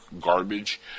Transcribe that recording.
garbage